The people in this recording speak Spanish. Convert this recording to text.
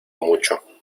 mucho